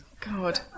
God